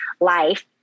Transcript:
life